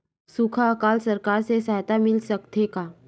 सुखा अकाल सरकार से सहायता मिल सकथे का?